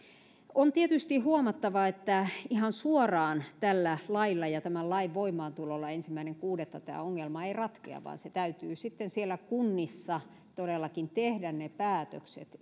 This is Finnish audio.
on tietysti huomattava että ihan suoraan tällä lailla ja tämän lain voimaantulolla ensimmäinen kuudetta tämä ongelma ei ratkea vaan täytyy siellä kunnissa sitten todellakin tehdä ne päätökset